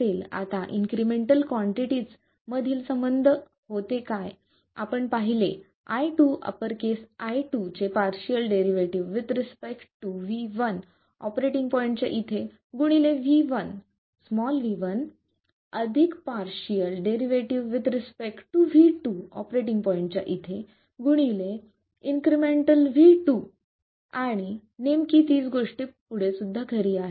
आता incremental quantities मधील संबंध होते काय आम्ही पाहिले i 2 अप्पर केस I2 चे partial derivative with respect to V1 operating पॉईंटच्या इथे गुणिले इन्क्रिमेंटल V1 अधिक partial derivative with respect to V2 operating पॉईंटच्या इथे गुणिले इन्क्रिमेंटल V2 आणि नेमकी तीच गोष्ट येथे सुद्धा खरी आहे